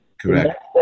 Correct